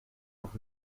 nog